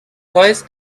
toys